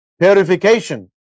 purification